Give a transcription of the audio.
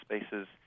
spaces